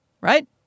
right